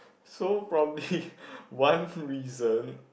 so probably one reason